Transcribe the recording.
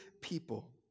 people